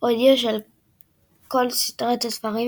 אודיו של כל סדרת הספרים